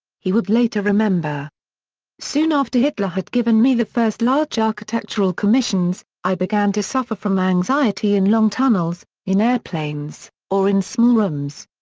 he would later remember soon after hitler had given me the first large architectural commissions, i began to suffer from anxiety in long tunnels, in airplanes, or in small rooms.